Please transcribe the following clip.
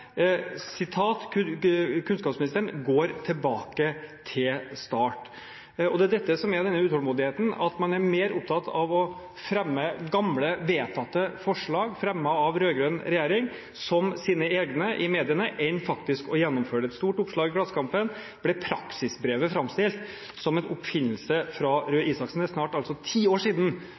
går tilbake til start.» Det er dette som gir denne utålmodigheten, at man er mer opptatt av å fremme gamle, vedtatte forslag – fremmet av den rød-grønne regjeringen – som sine egne i mediene enn faktisk å gjennomføre. I et stort oppslag i Klassekampen ble praksisbrevet framstilt som en oppfinnelse fra Røe Isaksen. Det er snart ti år siden